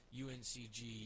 UNCG